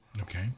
Okay